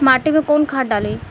माटी में कोउन खाद डाली?